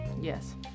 Yes